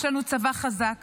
יש לנו צבא חזק